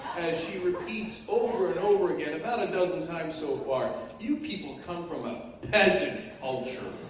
as she repeats over and over again, about a dozen times so far, you people come from a peasant culture.